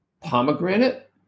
pomegranate